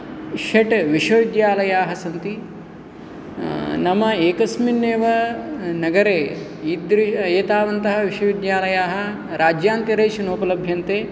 षट् विश्वविद्यालयाः सन्ति नाम एकस्मिन्नेव नगरे ईदृ एतावन्तः विश्वविद्यालयाः राज्यान्तरेषु नोपलभ्यन्ते